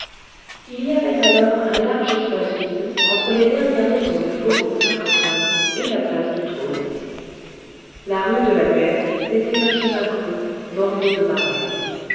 il y avait alors un large espace vide entre les dernières maisons du faubourg saint-antoine et la place du trône la rue de la muette n'était qu'un chemin creux bordé de marais